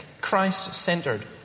Christ-centered